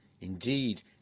Indeed